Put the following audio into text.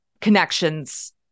connections